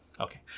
Okay